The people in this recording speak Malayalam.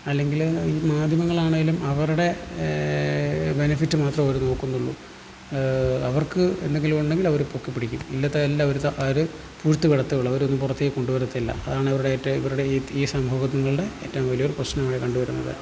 അല്ലെങ്കിൽ മാധ്യമങ്ങളാണേലും അവരുടെ ബെനിഫിറ്റ് മാത്രം അവര് നോക്കുന്നുള്ളു അവർക്ക് എന്തെങ്കിലും ഉണ്ടെങ്കിൽ അവര് പൊക്കി പിടിക്കും ഇല്ലാത്ത എല്ലാ അവര് അവര് പൂഴ്ത്തി വിടത്തേ ഉള്ളു അവര് ഒന്നും പുറത്തേക്ക് കൊണ്ട് വരുത്തില്ല അതാണ് അവരുടെ ഇവരുടെ ഈ സമൂഹങ്ങളുടെ ഏറ്റവും വലിയൊരു പ്രശ്നമായി കണ്ടു വരുന്നത്